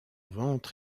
ventre